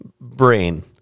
brain